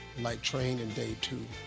like training and day, too.